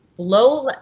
Low